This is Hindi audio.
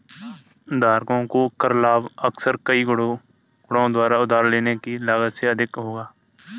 धारकों को कर लाभ अक्सर कई गुणकों द्वारा उधार लेने की लागत से अधिक होगा